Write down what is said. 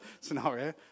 scenario